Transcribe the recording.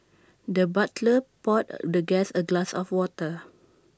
the butler poured the guest A glass of water